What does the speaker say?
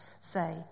say